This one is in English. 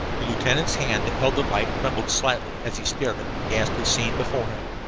the lieutenant's hand that held the light trembled slightly as he stared at the ghastly scene before him,